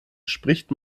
spricht